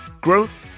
growth